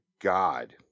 god